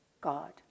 God